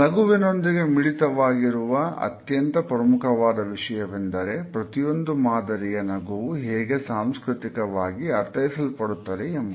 ನಗುವಿನೊಂದಿಗೆ ಮಿಳಿತವಾಗಿರುವ ಅತ್ಯಂತ ಪ್ರಮುಖವಾದ ವಿಷಯವೆಂದರೆ ಪ್ರತಿಯೊಂದು ಮಾದರಿಯ ನಗುವು ಹೇಗೆ ಸಾಂಸ್ಕೃತಿಕವಾಗಿ ಅರ್ಥೈಸಲ್ಪಡುತ್ತದೆ ಎಂಬುದು